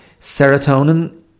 Serotonin